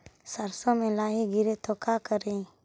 सरसो मे लाहि गिरे तो का करि?